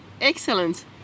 Excellent